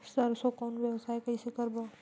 सरसो कौन व्यवसाय कइसे करबो?